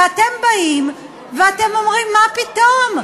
ואתם באים ואתם אומרים: מה פתאום?